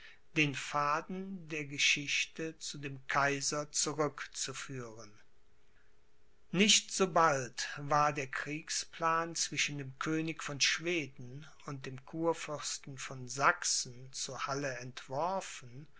den faden der geschichte zu dem kaiser zurück zu führen nicht sobald war der kriegsplan zwischen dem könig von schweden und dem kurfürsten von sachsen zu halle entworfen